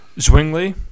Zwingli